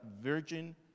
virgin